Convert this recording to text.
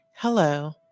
Hello